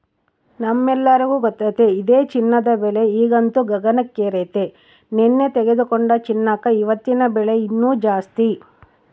ನಮ್ಮೆಲ್ಲರಿಗೂ ಗೊತ್ತತೆ ಇದೆ ಚಿನ್ನದ ಬೆಲೆ ಈಗಂತೂ ಗಗನಕ್ಕೇರೆತೆ, ನೆನ್ನೆ ತೆಗೆದುಕೊಂಡ ಚಿನ್ನಕ ಇವತ್ತಿನ ಬೆಲೆ ಇನ್ನು ಜಾಸ್ತಿ